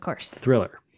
thriller